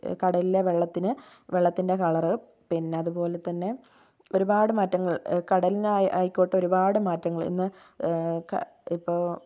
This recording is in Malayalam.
കടലിലെ വെള്ളത്തിനു വെള്ളത്തിൻ്റെ കളർ പിന്നെ അതുപോലെത്തന്നെ ഒരുപാട് മാറ്റങ്ങൾ കടലിനായിക്കോട്ടെ ഒരുപാട് മാറ്റങ്ങൾ ഇന്ന് ക ഇപ്പോൾ